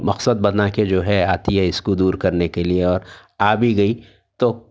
مقصد بنا کے جو ہے آتی ہے اس کو دور کرنے کے لئے اور آ بھی گئی تو